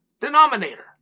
denominator